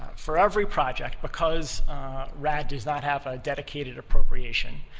for every project, because rad does not have a dedicated appropriation,